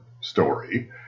story